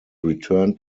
returned